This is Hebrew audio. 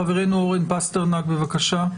חברנו אורן פסטרנק, בבקשה.